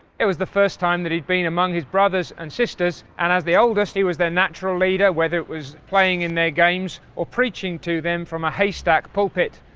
it was the first time that he'd been among his brothers and sisters, and as the oldest he was their natural leader, whether it was playing in their games or preaching to them from a haystack pulpit.